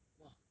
!wah!